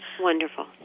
wonderful